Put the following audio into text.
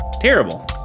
terrible